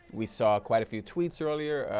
we saw quite a few tweets earlier.